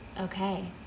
Okay